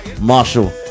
Marshall